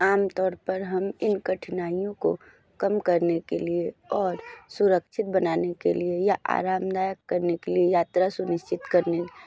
आमतौर पर हम इन कठिनाइयों को कम करने के लिए और सुरक्षित बनाने के लिए या आरामदायक करने के लिए यात्रा सुनिश्चित करने के लिए